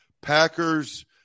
Packers